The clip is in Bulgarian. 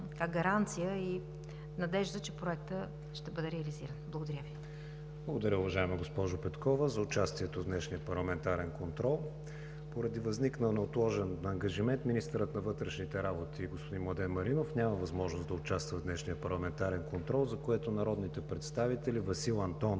е гаранция и надежда, че той ще бъде реализиран. Благодаря Ви. ПРЕДСЕДАТЕЛ КРИСТИАН ВИГЕНИН: Благодаря Ви, уважаема госпожо Петкова, за участието в днешния парламентарен контрол. Поради възникнал неотложен ангажимент министърът на вътрешните работи господин Младен Маринов няма възможност да участва в днешния парламентарен контрол, за което народните представители Васил Антонов